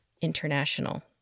International